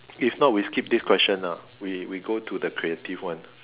if not we skip this question ah we we go to the creative one